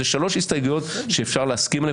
אלה שלוש הסתייגויות שאפשר להסכים עליהן,